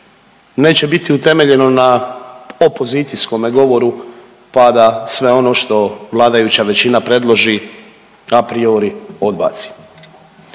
neće biti utemeljeno na opozicijskome govoru pa da sve ono što vladajuća većina predloži apriori odbaci.